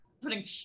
putting